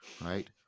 right